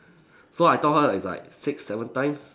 so I taught her it's like six seven times